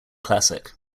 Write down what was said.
classic